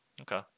Okay